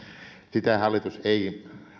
sitä hallitus ei